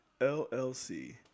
LLC